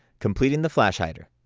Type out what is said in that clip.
completing the flash hider,